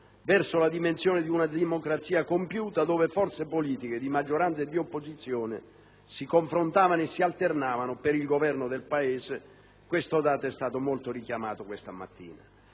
verso la dimensione di una democrazia compiuta dove forze politiche di maggioranza e di opposizione si confrontavano e si alternavano per il governo del Paese. Questo dato è stato molto richiamato questa mattina.